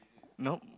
nope